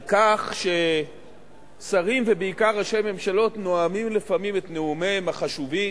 על כך ששרים ובעיקר ראשי ממשלות נואמים לפעמים את נאומיהם החשובים,